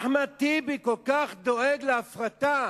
אחמד טיבי כל כך דואג להפרטה,